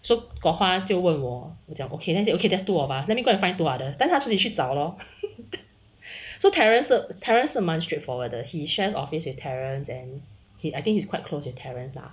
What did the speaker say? so kok hua 就问我我讲 okay then say okay that's two of us let me go and find two other then 他自己去找 lor so terrace 是 terrace 是蛮 straightforward 的 he shares office with terrace and he I think he's quite close your terrace lah